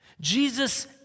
Jesus